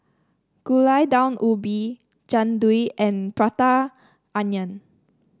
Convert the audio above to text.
Gulai Daun Ubi Jian Dui and Prata Onion